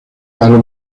palo